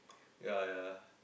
yea yea